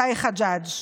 שי חג'ג'.